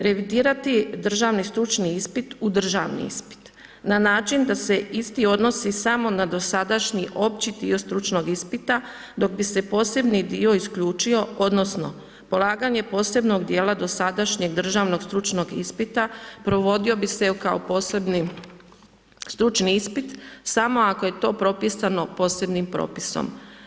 Revitirati državni stručni ispit i u državni ispit, na način da se isti odnosi samo na dosadašnji opći dio stručnog ispita, dok bi se posebni dio isključio odnosno, polaganje posebnog dijela dosadašnjeg državnog stručnog ispita, provodio bi se kao posebni stručni ispit, samo ako je to propisano posebnim propisom.